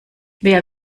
wer